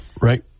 right